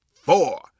four